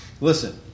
Listen